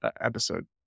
episode